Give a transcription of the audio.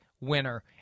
winner